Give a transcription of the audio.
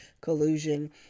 collusion